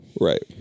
Right